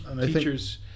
teachers